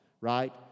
right